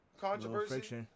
controversy